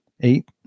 eight